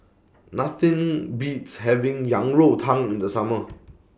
Nothing Beats having Yang Rou Tang in The Summer